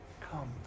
Come